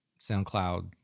SoundCloud